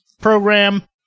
program